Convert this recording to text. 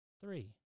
three